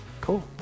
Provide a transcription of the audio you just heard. Cool